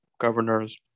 governors